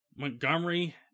Montgomery